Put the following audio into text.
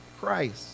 Christ